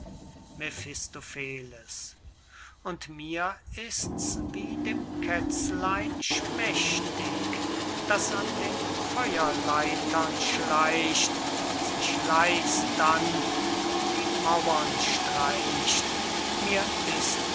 und mir ist's wie dem kätzlein schmächtig das an den feuerleitern schleicht sich leis dann um die mauern streicht mir ist's